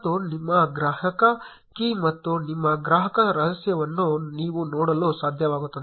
ಮತ್ತು ನಿಮ್ಮ ಗ್ರಾಹಕ ಕೀ ಮತ್ತು ನಿಮ್ಮ ಗ್ರಾಹಕ ರಹಸ್ಯವನ್ನು ನೀವು ನೋಡಲು ಸಾಧ್ಯವಾಗುತ್ತದೆ